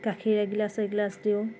গাখীৰ এগিলাচ এগিলাচ দিওঁ